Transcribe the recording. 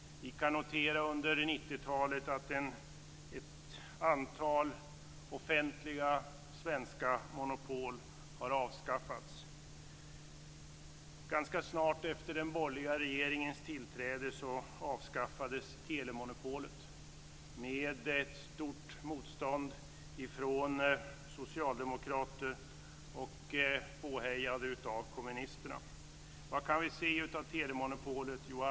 Vi kan under 90-talet notera att ett antal offentliga svenska monopol har avskaffats. Ganska snart efter den borgerliga regeringens tillträde avskaffades telemonopolet, med ett stort motstånd från socialdemokrater, påhejade av kommunisterna. Vad kan vi se efter att telemonopolet avskaffades?